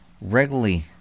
regularly